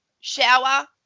shower